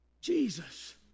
Jesus